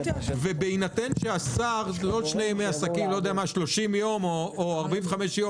ובהינתן שהשר לא התנגד תוך 30 ימים או 45 ימים,